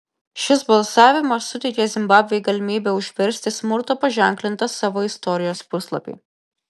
šis balsavimas suteikė zimbabvei galimybę užversti smurto paženklintą savo istorijos puslapį